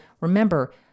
remember